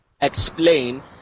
explain